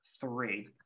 three